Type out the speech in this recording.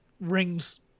rings